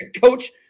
coach